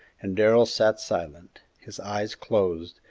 and darrell sat silent, his eyes closed,